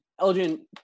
Elgin